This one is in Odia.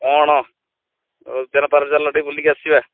କ'ଣ ଚାଲ ପାର୍କ ଟିକେ ବୁଲିକି ଆସିବା